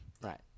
Right